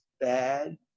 bad